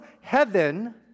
heaven